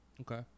Okay